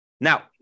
Now